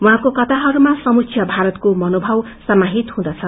उहाँको कथाहरूमा समुच्च भारतको मनोभाव समाहित हुँदछ